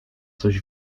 coś